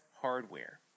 hardware